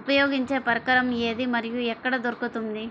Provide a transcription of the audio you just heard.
ఉపయోగించే పరికరం ఏది మరియు ఎక్కడ దొరుకుతుంది?